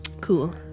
Cool